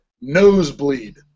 Nosebleed